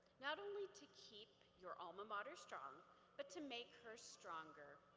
not only to keep your all mater strong but to make her stronger.